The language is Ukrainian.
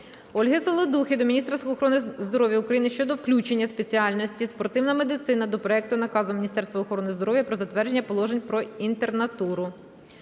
Ольги Саладухи до міністра охорони здоров'я України щодо включення спеціальності "Спортивна медицина" до "Проекту Наказу Міністерства охорони здоров'я "Про затвердження Положення про інтернатуру".